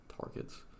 targets